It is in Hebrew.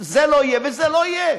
זה לא יהיה וזה לא יהיה.